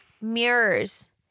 mirrors